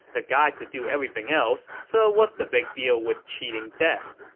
the guy can do everything else, so what's the big deal with cheating death?